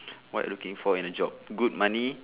what looking for in a job good money